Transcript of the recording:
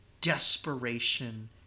desperation